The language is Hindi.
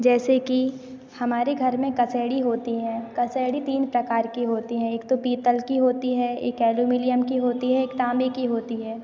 जैसे कि हमारे घर में कसैड़ी होती हैं कसैड़ी तीन प्रकार की होती हैं एक तो पीतल की होती है एक एलुमिलियम की होती है एक तांबे की होती है